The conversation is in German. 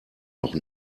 noch